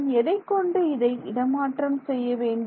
நான் எதைக் கொண்டு இதை இடமாற்றம் செய்ய வேண்டும்